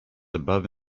above